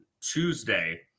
Tuesday